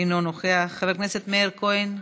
אינו נוכח, חבר הכנסת מאיר כהן,